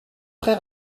très